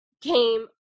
Came